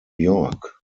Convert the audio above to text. york